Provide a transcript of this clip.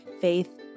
faith